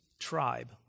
tribe